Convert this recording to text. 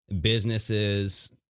businesses